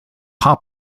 window